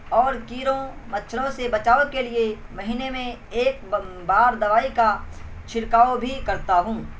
اور کیڑوں مچھروں سے بچاؤ کے لیے مہینے میں ایک بار دوائی کا چھڑکاؤ بھی کرتا ہوں